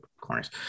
corners